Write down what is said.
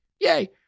Yay